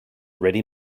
ready